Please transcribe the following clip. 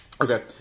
Okay